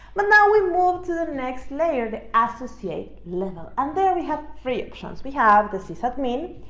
but now we move to the next layer the associate level and there we have three options. we have the sysadmin,